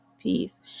peace